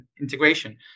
integration